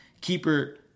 Keeper